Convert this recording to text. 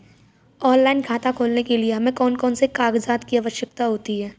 Online खाता खोलने के लिए हमें कौन कौन से कागजात की आवश्यकता होती है?